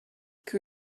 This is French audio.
que